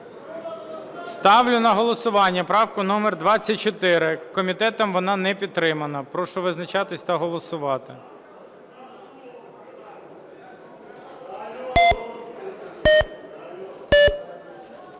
Ставлю на голосування правку номер 24. Комітетом вона не підтримана. Прошу визначатись та голосувати.